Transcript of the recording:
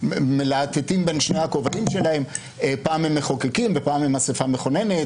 מלהטטים בין שני הכובעים שלהם פעם הם מחוקקים ופעם הם אספה מכוננת.